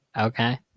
Okay